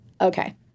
Okay